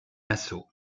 nassau